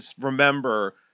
remember